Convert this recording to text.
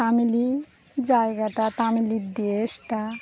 তামিলি জায়গাটা তামিলি দেশটা